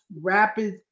rapid